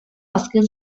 azken